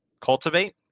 Cultivate